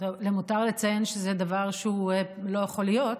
למותר לציין שזה דבר שלא יכול להיות.